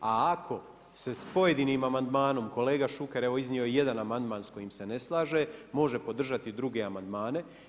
A ako se s pojedinim amandmanom kolega Šuker evo iznio je jedan amandman s kojim se ne slaže može podržati druge amandmane.